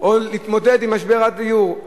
או להתמודד עם משבר הדיור.